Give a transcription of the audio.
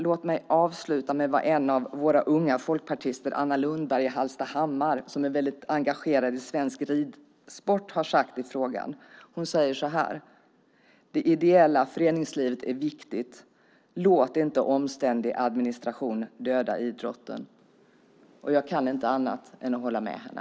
Låt mig avsluta med vad en av våra unga folkpartister, Anna Lundberg i Hallstahammar, som är väldigt engagerad i svensk ridsport, har sagt i frågan: Det ideella föreningslivet är viktigt. Låt inte omständlig administration döda idrotten. Jag kan inte annat än hålla med henne.